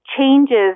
changes